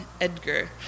edgar